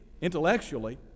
intellectually